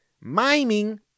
miming